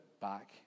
back